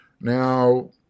Now